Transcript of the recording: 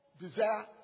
desire